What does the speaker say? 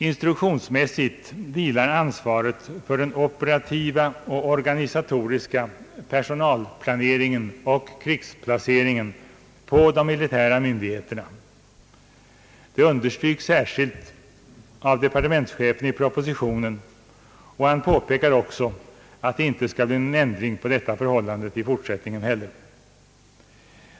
Instruktionsmässigt vilar ansvaret för den operativa och organisatoriska personalplaneringen och = krigsplaceringen på de militära myndigheterna — det understryks särskilt av departementschefen i propositionen, och han påpekar också att det skall vara så även i fortsättningen.